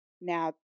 Now